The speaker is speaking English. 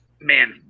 man